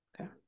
Okay